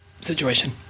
situation